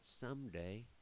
someday